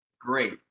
great